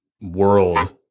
world